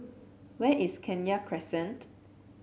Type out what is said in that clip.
where is Kenya Crescent